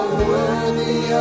worthy